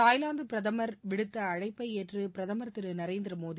Thailand பிரதமர் விடுத்து அழப்பை ஏற்று பிரதமர் திரு நரேந்திரமோடி